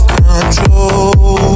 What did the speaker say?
control